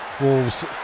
Wolves